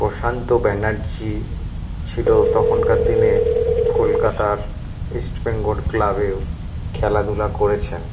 প্রশান্ত ব্যানার্জি ছিল তখনকার দিনে কলকাতার ইস্ট বেঙ্গল ক্লাবেও খেলাধুলা করেছেন